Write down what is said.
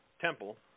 temple